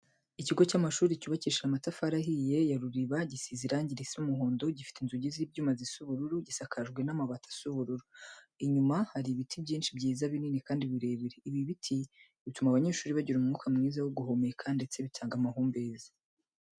Ikigo cy'amashuri cyubakishije amatafari ahiye ya ruriba, gisize irangi risa umuhondo, gifite inzugi z'ibyuma zisa ubururu, gisakajwe n'amabati asa ubururu. Inyuma hari ibiti byinshi byiza binini kandi birebire, ibi biti bituma abanyeshuri bagira umwuka mwiza wo guhumeka, ndetse bitanga amahumbezi.